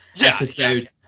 episode